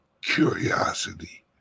curiosity